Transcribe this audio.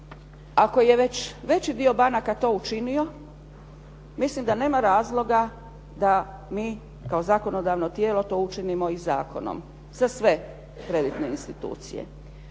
Ako je već veći dio banaka to učinio mislim da nema razloga da mi kao zakonodavno tijelo to učinimo i zakonom za sve kreditne institucije.